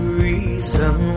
reason